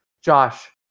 Josh